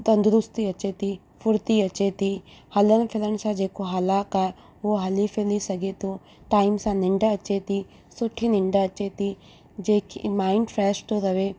तंदुरुस्ती अचे थी फ़ुर्ती अचे थी हलण फिरण सां जेको हलाख आहे उहो हली फिरी सघे थो टाइम सां निंड अचे थी सुठी निंड अचे थी जेकी माईंड फ्रेश थो रहे